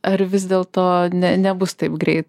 ar vis dėlto ne nebus taip greit